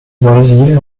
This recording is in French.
brésil